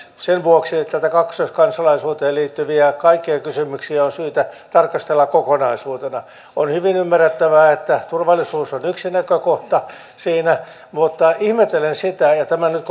sen vuoksi näitä kaikkia kaksoiskansalaisuuteen liittyviä kysymyksiä on syytä tarkastella kokonaisuutena on hyvin ymmärrettävää että turvallisuus on yksi näkökohta siinä mutta ihmettelen sitä ja tämä nyt